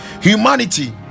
Humanity